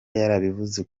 yarabivuze